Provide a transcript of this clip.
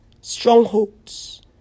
strongholds